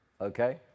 okay